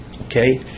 Okay